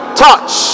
touch